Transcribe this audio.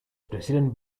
president